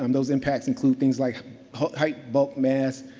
um those impacts include things like height, bulk, mass,